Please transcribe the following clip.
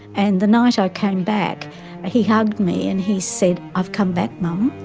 and the night i came back he hugged me and he said, i've come back mum.